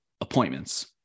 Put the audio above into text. appointments